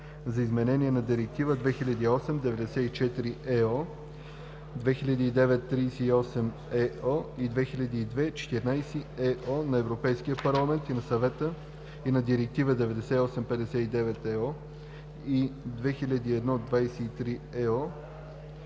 за изменение на директиви 2008/94/ЕО, 2009/38/ЕО и 2002/14/ЕО на Европейския парламент н на Съвета и на директиви 98/59/ЕО и 2001/23/ЕО